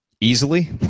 easily